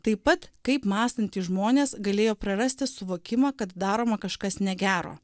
taip pat kaip mąstantys žmonės galėjo prarasti suvokimą kad daroma kažkas negero